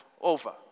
over